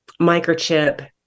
microchip